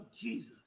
Jesus